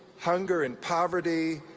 hunger and poverty,